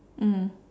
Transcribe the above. mm